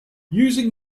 using